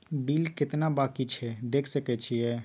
Bill केतना बाँकी छै देख सके छियै?